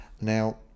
Now